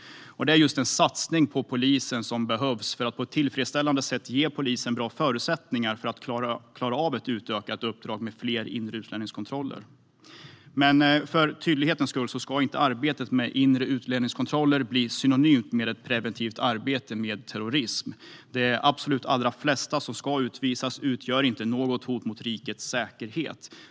Det är en satsning på polisen som behövs för att på ett tillfredställande sätt ge polisen bra förutsättningar att klara av ett utökat uppdrag med fler inre utlänningskontroller. Men för tydlighetens skull ska inte arbetet med inre utlänningskontroller bli synonymt med ett preventivt arbete mot terrorism. De absolut allra flesta som ska utvisas utgör inte något hot mot rikets säkerhet.